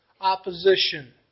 opposition